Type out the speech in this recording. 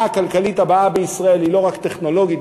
הכלכלית הבאה בישראל היא לא רק טכנולוגית,